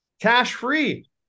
cash-free